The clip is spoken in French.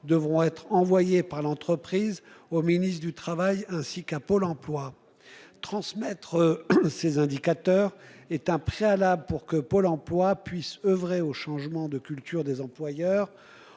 devront être envoyées par l'entreprise au ministre du Travail, ainsi qu'un pôle emploi transmettre. Ces indicateurs est un préalable pour que Pôle emploi puisse oeuvrer au changement de culture des employeurs